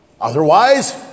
Otherwise